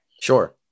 Sure